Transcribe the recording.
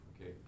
okay